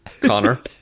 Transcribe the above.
Connor